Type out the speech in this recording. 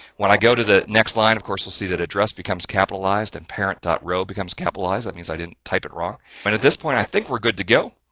when i go to the next line, ofcourse you'll see that address becomes capitalized and parent row becomes capitalized that means i didn't type it wrong, but at this point, i think we're good to go,